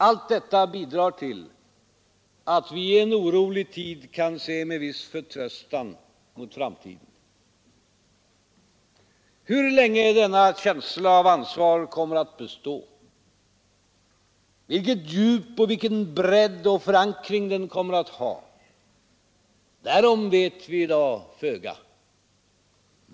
Allt detta bidrar till att vi i en orolig tid kan se med viss förtröstan mot framtiden. Hur länge denna känsla av ansvar kommer att bestå, vilket djup och vilken bredd och förankring den kommer att ha, därom vet vi i dag föga.